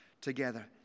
together